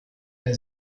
der